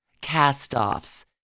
cast-offs